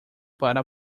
para